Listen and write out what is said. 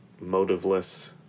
motiveless